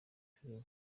filimi